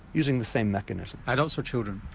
using the same mechanism. adults or children?